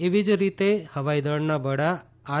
એવી જ રીતે હવાઇ દળના વડા આર